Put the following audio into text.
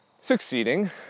succeeding